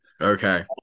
Okay